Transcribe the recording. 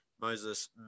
Moses